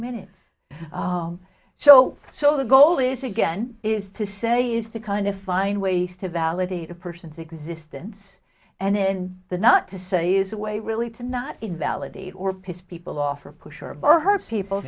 minute so so the goal is again is to say is the kind of find ways to validate a person's existence and then the not to say is the way really to not invalidate or piss people off or pusher or her people